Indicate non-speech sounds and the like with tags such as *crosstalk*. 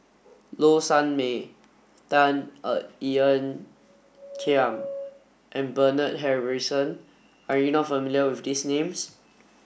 Low Sanmay Tan *unintelligible* Ean Kiam and Bernard Harrison are you not familiar with these names